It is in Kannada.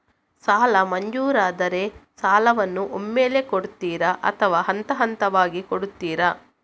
ಸಾಲ ಮಂಜೂರಾದರೆ ಸಾಲವನ್ನು ಒಮ್ಮೆಲೇ ಕೊಡುತ್ತೀರಾ ಅಥವಾ ಹಂತಹಂತವಾಗಿ ಕೊಡುತ್ತೀರಾ?